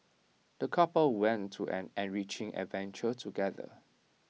the couple went to an enriching adventure together